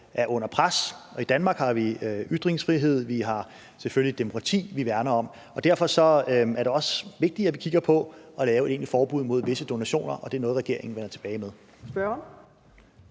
er under pres. Og i Danmark har vi ytringsfrihed, og vi har selvfølgelig et demokrati, vi værner om. Derfor er det også vigtigt, at vi kigger på at lave et egentligt forbud mod visse donationer. Og det er noget, regeringen vender tilbage med.